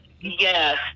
Yes